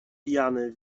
pijany